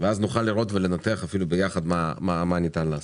ואז נוכל לראות ולנתח ביחד מה ניתן לעשות.